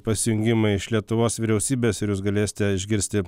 pasijungimai iš lietuvos vyriausybės ir jūs galėsite išgirsti